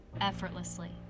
effortlessly